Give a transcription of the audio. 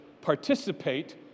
participate